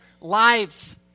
lives